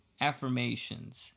affirmations